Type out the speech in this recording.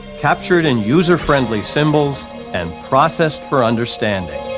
captured in user-friendly symbols and processed for understanding